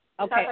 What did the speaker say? Okay